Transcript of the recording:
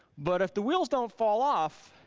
but if the wheels don't fall off,